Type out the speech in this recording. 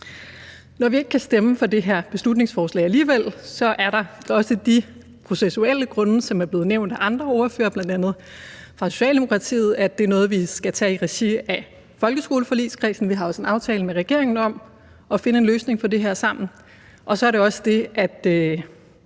Når vi ikke kan stemme for det her beslutningsforslag alligevel, er det af de processuelle grunde, som også er blevet nævnt af andre ordførere, bl.a. fra Socialdemokratiet, nemlig at det er noget, vi skal tage i regi af folkeskoleforligskredsen. Vi har også en aftale med regeringen om at finde en løsning på det her sammen. Så er der jo også det, at